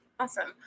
Awesome